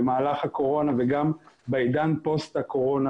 במהלך הקורונה וגם בעידן פוסט הקורונה,